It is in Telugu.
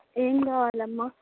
ఏం కావాలి అమ్మా